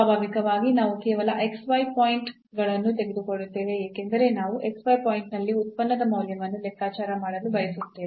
ಸ್ವಾಭಾವಿಕವಾಗಿ ನಾವು ಕೇವಲ ಪಾಯಿಂಟ್ ಗಳನ್ನು ತೆಗೆದುಕೊಳ್ಳುತ್ತೇವೆ ಏಕೆಂದರೆ ನಾವು ಪಾಯಿಂಟ್ನಲ್ಲಿ ಉತ್ಪನ್ನದ ಮೌಲ್ಯವನ್ನು ಲೆಕ್ಕಾಚಾರ ಮಾಡಲು ಬಯಸುತ್ತೇವೆ